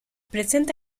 presenta